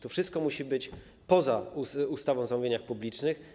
To wszystko musi być poza ustawą o zamówieniach publicznych.